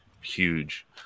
huge